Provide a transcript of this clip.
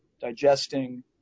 digesting